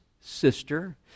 sister